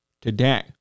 today